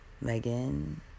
Megan